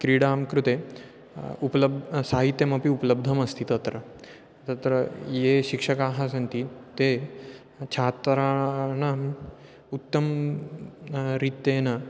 क्रीडां कृते उपलभ्यं साहित्यमपि उपलब्धमस्ति तत्र तत्र ये शिक्षकाः सन्ति ते छात्राणाम् उत्तम् रीत्या